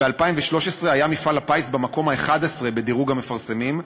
ב-2013 היה מפעל הפיס במקום ה-11 בדירוג המפרסמים,